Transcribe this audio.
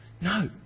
No